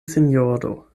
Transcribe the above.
sinjoro